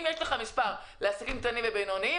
אם יש לך מספר לעסקים קטנים ובינוניים,